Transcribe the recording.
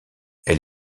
elle